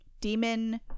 demon